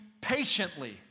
patiently